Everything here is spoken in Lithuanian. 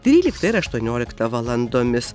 tryliktą ir aštuonioliktą valandomis